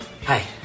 Hi